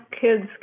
kids